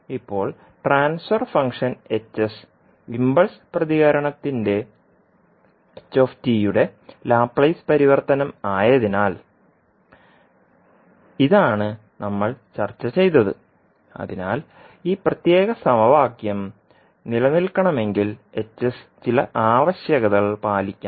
ഇപ്പോൾ transfer function impulse പ്രതികരണത്തിന്റെ h Laplace പരിവർത്തനമായതിനാൽ ഇതാണ് നമ്മൾ ചർച്ച ചെയ്തത് അതിനാൽ ഈ പ്രത്യേക സമവാക്യം നിലനിൽക്കണമെങ്കിൽ ചില ആവശ്യകതകൾ പാലിക്കണം